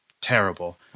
terrible